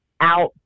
out